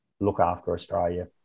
look-after-Australia